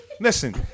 Listen